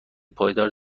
پایدار